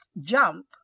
jump